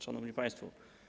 Szanowni Państwo!